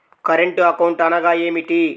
Current account అనగా ఏమిటి?